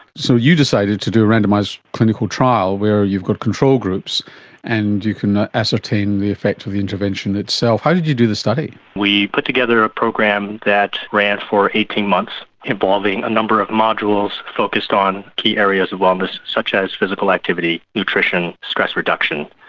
so you decided to do a randomised clinical trial where you've got control groups and you can ascertain the effect of the intervention itself. how did you do the study? we put together a program that ran for eighteen months involving a number of modules focused on key areas of wellness such as physical activity, nutrition, stress reduction,